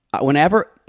whenever